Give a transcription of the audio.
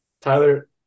Tyler